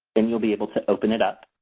and you'll be able to open it up